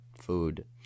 food